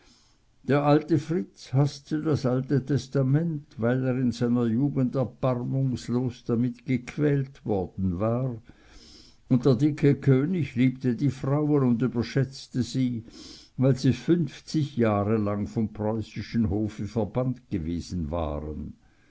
der alte fritz haßte das alte testament weil er in seiner jugend erbarmungslos damit gequält worden war und der dicke könig liebte die frauen und überschätzte sie weil sie fünfzig jahre lang vom preußischen hofe verbannt gewesen waren